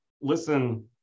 listen